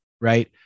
Right